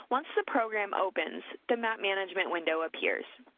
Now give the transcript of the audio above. once the program opens, the map management window appears.